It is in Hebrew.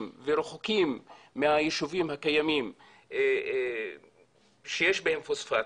ורחוקים מהישובים הקיימים שיש בהם פוספטים,